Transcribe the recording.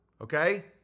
Okay